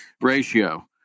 ratio